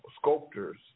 sculptors